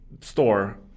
store